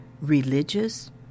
religious